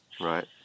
Right